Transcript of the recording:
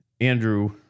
Andrew